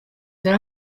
dore